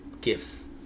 gifts